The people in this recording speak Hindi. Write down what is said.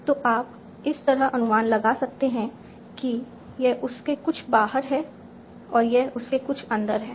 तो आप इस तरह अनुमान लगा सकते हैं कि यह उस के कुछ बाहर है और यह उस के कुछ अंदर है